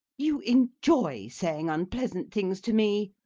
you enjoy saying unpleasant things to me.